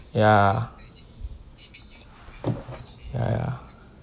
ya ya ya